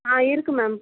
ஆ இருக்கு மேம்